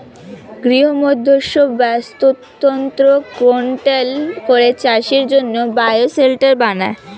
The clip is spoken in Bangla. গৃহমধ্যস্থ বাস্তুতন্ত্র কন্ট্রোল করে চাষের জন্যে বায়ো শেল্টার বানায়